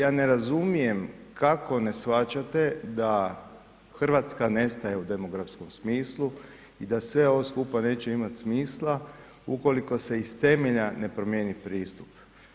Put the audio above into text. Ja ne razumijem, kako ne shvaćate da Hrvatska nestaje u demografskom smislu i da sve ovo skupa neće imati smisla ukoliko se iz temelja ne promijeni pristup.